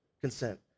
consent